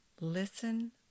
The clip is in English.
listen